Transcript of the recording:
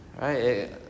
right